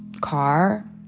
car